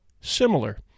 similar